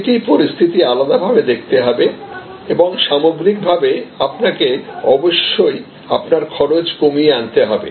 প্রতিটি পরিস্থিতি আলাদাভাবে দেখতে হবে এবং সামগ্রিকভাবে আপনাকে অবশ্যই আপনার খরচ কমিয়ে আনতে হবে